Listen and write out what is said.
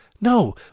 No